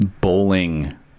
bowling